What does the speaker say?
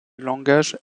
langage